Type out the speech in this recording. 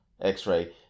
x-ray